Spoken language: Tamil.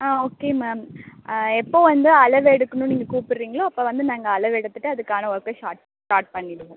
ஆ ஓகே மேம் எப்போது வந்து அளவு எடுக்கணுன்னு நீங்கள் கூப்பிட்றீங்களோ அப்போ வந்து நாங்கள் அளவு எடுத்துட்டு அதுக்கான ஒர்க்கை ஷாட் ஸ்டார்ட் பண்ணிடுவோம்